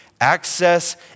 access